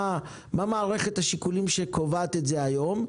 מה מערכת השיקולים שקובעת את זה היום.